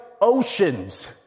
oceans